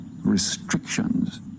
restrictions